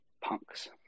punks